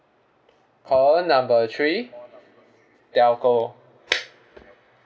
call number three telco